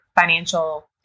financial